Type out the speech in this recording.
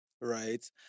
right